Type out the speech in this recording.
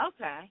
okay